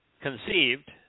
conceived